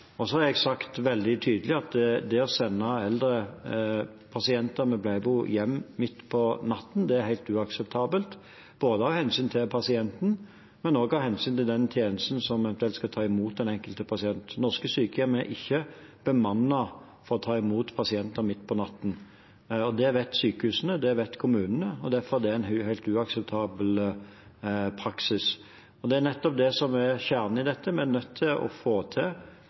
har sagt veldig tydelig at det å sende eldre pasienter med pleiebehov hjem midt på natten er helt uakseptabelt, både av hensyn til pasienten og av hensyn til den tjenesten som eventuelt skal ta imot den enkelte pasienten. Norske sykehjem er ikke bemannet for å ta imot pasienter midt på natten. Det vet sykehusene, det vet kommunene, og derfor er det en helt uakseptabel praksis. Det er nettopp det som er kjernen i dette. Vi er nødt til å få til